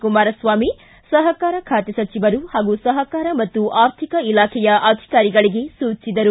ಕುಮಾರಸ್ವಾಮಿ ಸಹಕಾರ ಖಾತೆ ಸಚಿವರು ಹಾಗೂ ಸಹಕಾರ ಮತ್ತು ಆರ್ಥಿಕ ಇಲಾಖೆಯ ಅಧಿಕಾರಿಗಳಿಗೆ ಸೂಚಿಸಿದರು